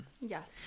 Yes